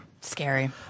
Scary